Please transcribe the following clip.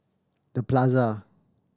The Plaza